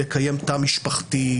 לקיים תא משפחתי,